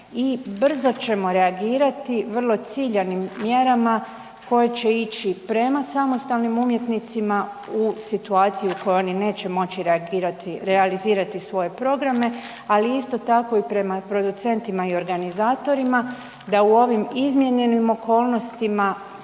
brzo ćemo reagirati vrlo ciljanim mjerama koje će ići prema samostalnim umjetnicima u situaciji u kojoj oni neće moći reagirati, realizirati svoje programe, ali isto tako i prema producentima i organizatorima da u ovim izmijenjenim okolnostima